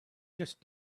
just